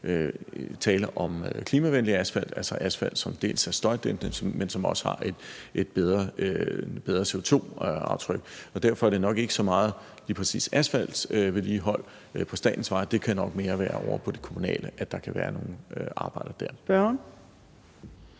tale om klimavenlig asfalt, altså asfalt, som er støjdæmpende, og som også har et bedre CO2-aftryk. Derfor er det nok ikke så meget lige præcis asfaltvedligehold på statens veje, men nok mere ovre på det kommunale, der kan være nogle arbejder.